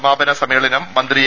സമാപന സമ്മേളനം മന്ത്രി എ